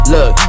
Look